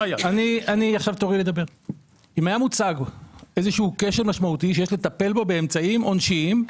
אם היה מוצג איזשהו כשל משמעותי שיש לטפל בו באמצעים עונשיים,